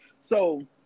So-